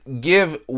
give